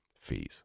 fees